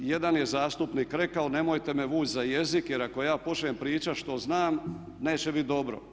Jedan je zastupnik rekao nemojte me veću za jezik, jer ako ja počnem pričati što znam neće biti dobro.